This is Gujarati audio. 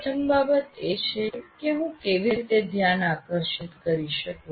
પ્રથમ બાબત એ છે કે હું કેવી રીતે ધ્યાન આકર્ષિત કરી શકું